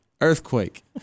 Earthquake